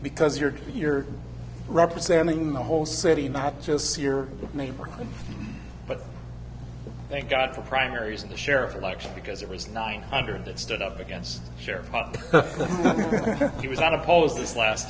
because you're you're representing the whole city not just your neighborhood but thank god for primaries and the sheriff election because it was nine hundred that stood up against sheriff that he was not opposed this last